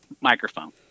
microphone